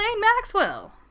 Maxwell